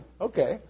okay